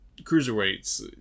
cruiserweights